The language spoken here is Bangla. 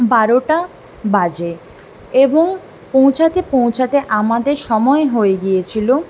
বারোটা বাজে এবং পৌঁছতে পৌঁছতে আমাদের সময় হয়ে গিয়েছিলো